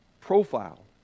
profile